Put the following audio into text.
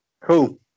Cool